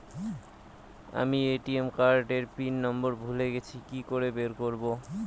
আমি ATM card এর pin number ভুলে গেছি কি করে বের করব?